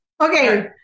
Okay